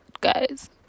guys